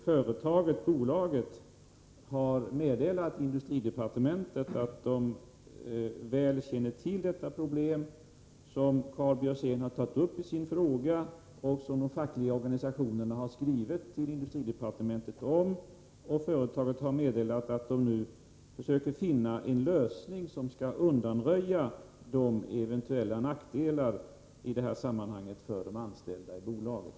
Företaget-bolaget har här meddelat industridepartementet att man väl känner till det problem som Karl Björzén har tagit upp i sin fråga och som de fackliga organisationerna har skrivit till industridepartementet om. Företaget har meddelat att man nu försöker finna en lösning som skall undanröja eventuella nackdelar i det här sammanhanget för de anställda i bolaget.